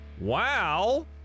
Wow